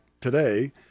today